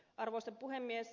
arvoisa puhemies